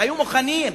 והיו מוכנים,